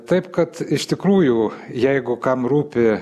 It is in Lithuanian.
taip kad iš tikrųjų jeigu kam rūpi